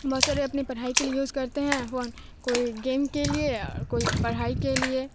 بہت سارے اپنی پڑھائی کے لیے یوز کرتے ہیں فون کوئی گیم کے لیے اور کوئی پڑھائی کے لیے